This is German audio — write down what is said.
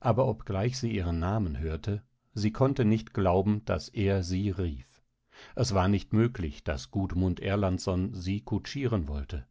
aber obgleich sie ihren namen hörte sie konnte nicht glauben daß er sie rief es war nicht möglich daß gudmund erlandsson sie kutschieren wollte